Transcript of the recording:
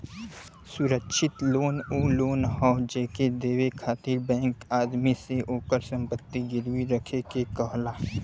सुरक्षित लोन उ लोन हौ जेके देवे खातिर बैंक आदमी से ओकर संपत्ति गिरवी रखे के कहला